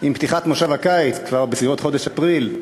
עם פתיחת כנס הקיץ, כבר בסביבות חודש אפריל,